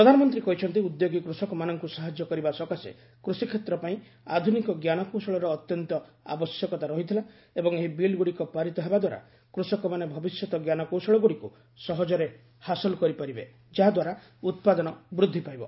ପ୍ରଧାନମନ୍ତ୍ରୀ କହିଛନ୍ତି ଉଦ୍ୟୋଗୀ କୃଷକମାନଙ୍କୁ ସାହାଯ୍ୟ କରିବା ସକାଶେ କୁଷିକ୍ଷେତ୍ର ପାଇଁ ଆଧୁନିକ ଜ୍ଞାନକୌଶଳର ଅତ୍ୟନ୍ତ ଆବଶ୍ୟକତା ରହିଥିଲା ଏବଂ ଏହି ବିଲ୍ ଗୁଡିକ ପାରିତ ହେବା ଦ୍ୱାରା କୂଷକମାନେ ଭବିଷ୍ୟତ ଜ୍ଞାନକୌଶଳଗୁଡିକୁ ସହଜରେ ହାସଲ କରିପାରିବେ ଯାହାଦ୍ୱାରା ଉତ୍ପାଦନ ବୃଦ୍ଧି ପାଇବ